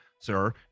sir